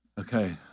okay